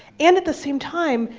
and, at the same time,